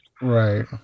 right